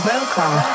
Welcome